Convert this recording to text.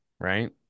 right